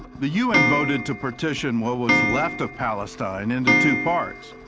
the u n. voted to partition what was left of palestine into two parts.